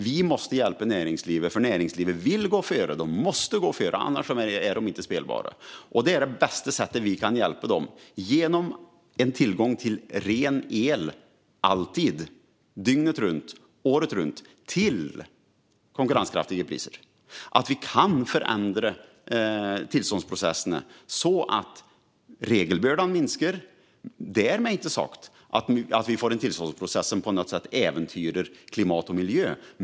Vi måste hjälpa näringslivet, för näringslivet vill och måste gå före; annars är de inte spelbara. Det bästa sättet vi kan hjälpa dem på är tillgång till ren el dygnet runt och året runt till konkurrenskraftiga priser samt förändrade tillståndsprocesser som gör att regelbördan minskar. Därmed inte sagt att vi ska få tillståndsprocesser som på något sätt äventyrar klimat och miljö.